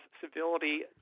civility